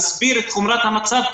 נסביר את חומרת המצב.